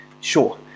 Sure